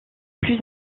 plus